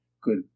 good